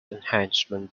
enhancement